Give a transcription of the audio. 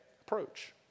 approach